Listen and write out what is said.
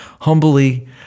humbly